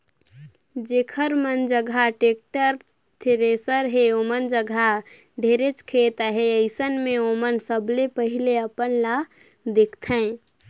जेखर मन जघा टेक्टर, थेरेसर हे ओमन जघा ढेरेच खेत अहे, अइसन मे ओमन सबले पहिले अपन ल देखथें